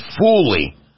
fully